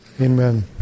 Amen